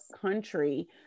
country